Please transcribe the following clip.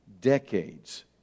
decades